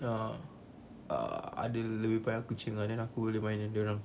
ah uh ada banyak kucing and then aku boleh main dengan dia orang